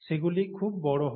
সেগুলি খুব বড় হয়